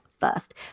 first